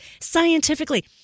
Scientifically